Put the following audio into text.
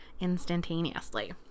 instantaneously